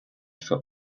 for